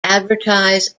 advertise